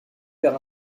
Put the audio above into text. vers